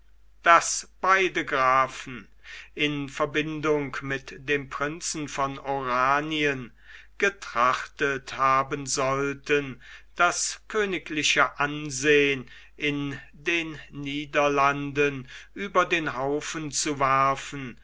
daß beide grafen in verbindung mit dem prinzen von oranien getrachtet haben sollten das königliche ansehen in den niederlanden über den haufen zu werfen